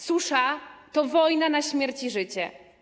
Susza to wojna na śmierć i życie.